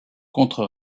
contre